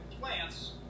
plants